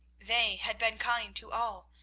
they had been kind to all,